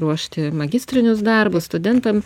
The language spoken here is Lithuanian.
ruošti magistrinius darbus studentam